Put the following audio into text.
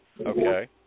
Okay